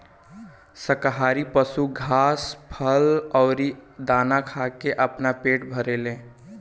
शाकाहारी पशु घास, फल अउरी दाना खा के आपन पेट भरेले